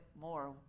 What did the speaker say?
more